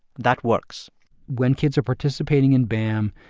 that works when kids are participating in bam,